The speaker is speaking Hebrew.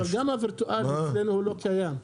אבל גם הווירטואלי לא קיים אצלנו.